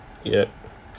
yup